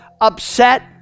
upset